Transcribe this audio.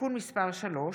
(תיקון מס' 3),